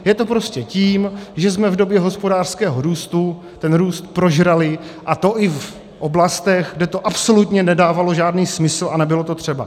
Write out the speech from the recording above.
Je to prostě tím, že jsme v době hospodářského růstu ten růst prožrali, a to i v oblastech, kde to absolutně nedávalo žádný smysl a nebylo to třeba.